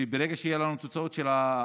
ברגע שיהיו לנו תוצאות הבדיקה,